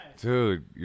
Dude